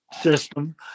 system